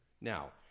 Now